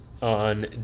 On